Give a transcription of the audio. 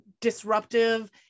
disruptive